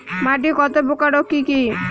মাটি কতপ্রকার ও কি কী?